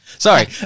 Sorry